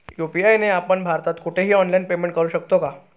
UPI ने आपण भारतात कुठेही ऑनलाईन पेमेंट करु शकतो का?